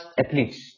athletes